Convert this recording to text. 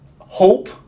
hope